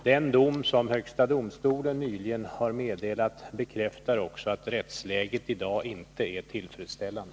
Den dom som högsta domstolen nyligen har meddelat bekräftar också att rättsläget i dag inte är tillfredsställande.